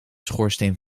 schoorsteen